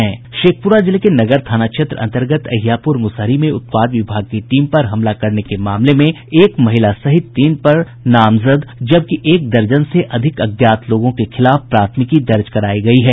शेखपुरा जिले के नगर थाना क्षेत्र अंतर्गत अहियापुर मुसहरी में उत्पाद विभाग की टीम पर हमला करने के मामले में एक महिला सहित तीन पर नामजद जबकि एक दर्जन से अधिक अज्ञात लोगों के खिलाफ प्राथमिकी दर्ज की गयी है